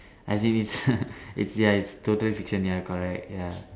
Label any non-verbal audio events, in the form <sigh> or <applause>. as if is <laughs> it's ya it's totally fiction ya correct ya